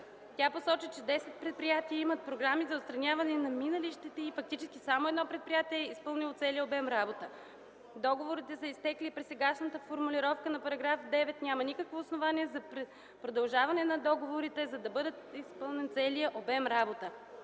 Тя посочи, че десет предприятия имат програми за отстраняване на минали щети и фактически само едно предприятие е изпълнило целия обем работи. Договорите са изтекли и при сегашната формулировка на § 9 няма никакво основание за продължаване на договорите, за да бъде изпълнен целият обем работа.